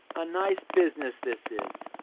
a nice business this is!